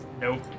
nope